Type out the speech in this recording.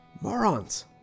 Morons